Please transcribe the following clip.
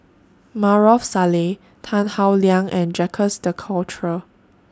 Maarof Salleh Tan Howe Liang and Jacques De Coutre